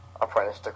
apprentice